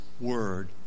Word